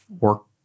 work